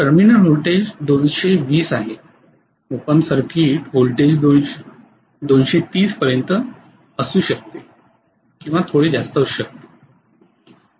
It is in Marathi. टर्मिनल व्होल्टेज 220 आहे ओपन सर्किट व्होल्टेज 230 पर्यंत असू शकते थोडे जास्त असू शकते